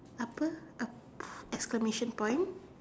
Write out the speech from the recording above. apa uh exclamation point